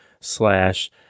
slash